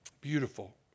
Beautiful